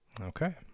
Okay